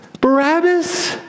Barabbas